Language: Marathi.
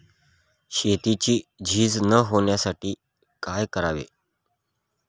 शेतीची झीज न होण्यासाठी काय करावे?